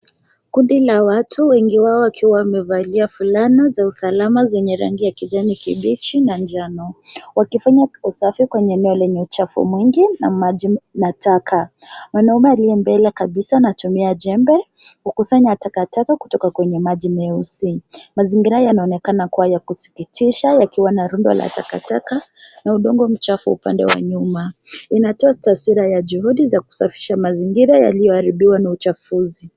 Kundi la watu wengi wao wakiwa wamevalia fulana za usalama zenye rangi ya kijani kibichi na njano. Wakifanya usafi kwenye eneo lenye uchafu mwingi na maji na taka. Mwanaume aliye mbele kabisa anatumia jembe, kukusanya takataka kutoka kwenye maji meusi. Mazingira yanaonekana kuwa ya kusikitisha yakiwa na rundo la takataka, na udongo mchafu upande wa nyuma. Inatoa taswira ya juhudi za kusafisha mazingira yaliyoharibiwa na uchafuzi.